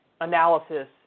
analysis